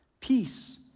Peace